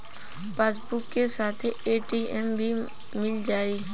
Passbook के साथ ATM भी मील जाई?